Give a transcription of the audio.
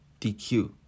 DQ